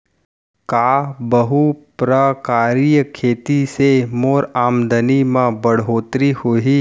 का बहुप्रकारिय खेती से मोर आमदनी म बढ़होत्तरी होही?